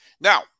now